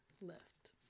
left